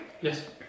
Yes